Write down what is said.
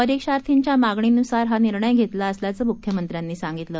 परीक्षार्थीच्या मागणीनुसार हा निर्णय घेतला असल्याचं मुख्यमंत्र्यांनी सांगितलं